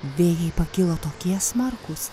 vėjai pakilo tokie smarkūs